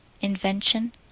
invention